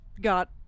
got